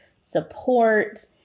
support